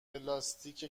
پلاستیک